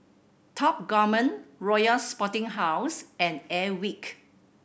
Top Gourmet Royal Sporting House and Airwick